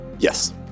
Yes